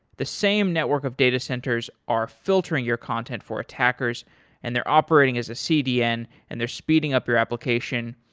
the same network of data centers are filtering your content for attackers and they're operating as a cdn and they're speeding up your application.